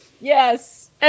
yes